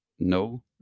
No